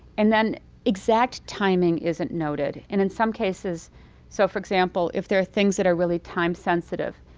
and then exact timing isn't noted, and in some cases so for example, if there are things that are really time sensitive,